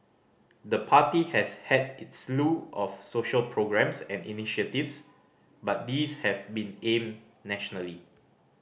the party has had its slew of social programmes and initiatives but these have been aimed nationally